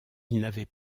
n’avait